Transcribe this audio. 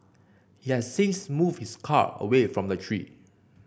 he has since moved his car away from the tree